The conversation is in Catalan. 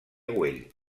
güell